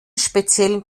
speziellen